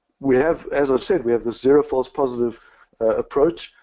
we have, as i said, we have this zero false positive approach,